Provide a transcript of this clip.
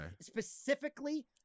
specifically